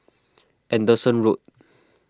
Anderson Road